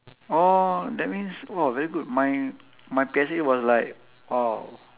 oh that means !wah! very good my my P_S_L_E was like !wow!